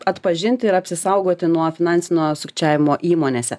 atpažinti ir apsisaugoti nuo finansinio sukčiavimo įmonėse